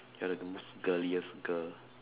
you're like the most girliest girl